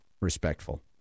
respectful